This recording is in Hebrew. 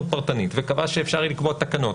פרטנית וקבע שאפשר יהיה לקבוע תקנות,